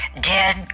dead